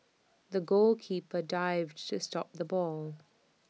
the goalkeeper dived to stop the ball